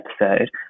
episode